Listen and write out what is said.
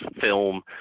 film